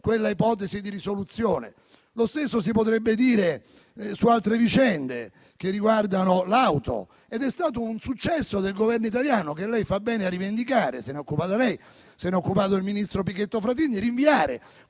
quella ipotesi di risoluzione. Lo stesso si potrebbe dire su altre vicende, ad esempio quelle riguardanti l'auto: è stato un successo del Governo italiano, che fa bene a rivendicare (se n'è occupata lei e se n'è occupato il ministro Pichetto Fratin), il rinvio